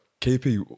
KP